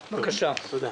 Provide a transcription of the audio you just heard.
תודה.